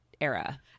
era